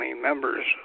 members